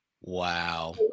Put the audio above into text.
wow